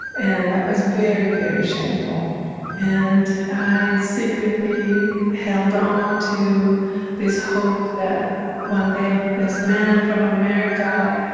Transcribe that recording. and that was very, very shameful and i secretly held on to this hope that one day this man from america,